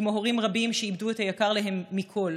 כמו הורים רבים שאיבדו את היקר להם מכול,